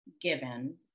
given